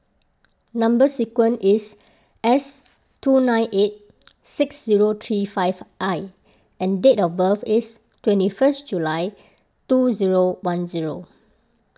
Number Sequence is S two nine eight six zero three five I and date of birth is twenty first July two zero one zero